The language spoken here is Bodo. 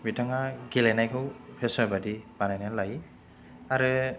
बिथाङा गेलेनायखौ फेसन बायदि बानायना लायो आरो